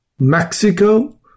Mexico